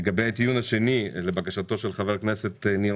לגבי הדיון השני לבקשתו של חבר הכנסת ניר